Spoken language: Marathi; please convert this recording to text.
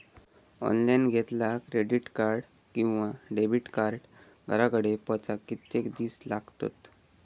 ऑनलाइन घेतला क्रेडिट कार्ड किंवा डेबिट कार्ड घराकडे पोचाक कितके दिस लागतत?